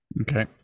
Okay